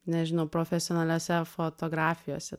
nežinau profesionaliose fotografijose